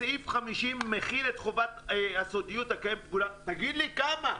בסעיף 50 מכיל את חובת הסודיות הקיימת --- אמרתי: תגיד לי כמה,